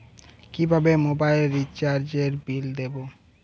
কিভাবে মোবাইল রিচার্যএর বিল দেবো?